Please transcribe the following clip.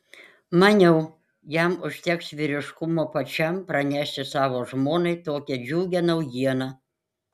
maniau jam užteks vyriškumo pačiam pranešti savo žmonai tokią džiugią naujieną